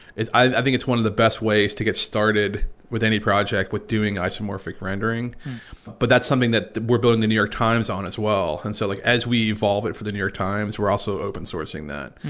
i think it's one of the best ways to get started with any project with doing isomorphic rendering but that's something that we're building the new york times on as well and so like as we evolve it for the new york times we're also open-sourcing that.